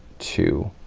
two,